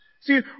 See